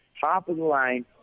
top-of-the-line